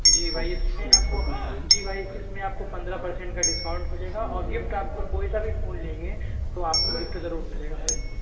جی بھائی اِس میں آپ کو جی بھائی اِس میں آپ کو پندرہ پرسینٹ کا ڈسکاؤنٹ مِلے گا اور گفٹ آپ کو کوئی سا بھی فون لیں گے تو آپ کو گفٹ ضرور مِلے گا ہر ایک